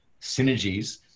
synergies